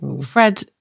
Fred